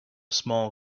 small